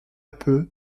peu